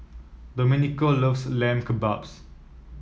Domenico loves Lamb Kebabs